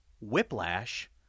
Whiplash